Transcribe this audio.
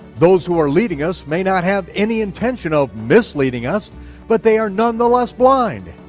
those who are leading us may not have any intention of misleading us but they are nonetheless blind,